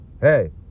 hey